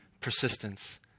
Persistence